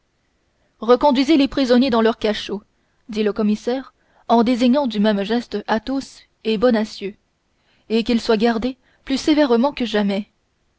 reconduisez les prisonniers dans leurs cachots dit le commissaire en désignant d'un même geste athos et bonacieux et qu'ils soient gardés plus sévèrement que jamais